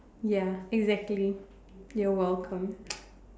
ya exactly you're welcome